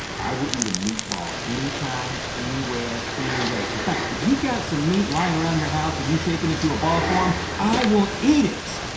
i would eat a meatball anytime, anywhere, any way. in fact, if you've got some meat laying around your house and you shape it into a ball form, i will eat it!